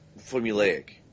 formulaic